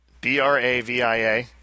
b-r-a-v-i-a